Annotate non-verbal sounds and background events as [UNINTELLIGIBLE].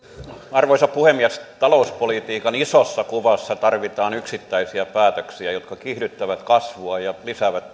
arvoisa puhemies talouspolitiikan isossa kuvassa tarvitaan yksittäisiä päätöksiä jotka kiihdyttävät kasvua ja lisäävät [UNINTELLIGIBLE]